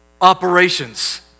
operations